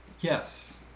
yes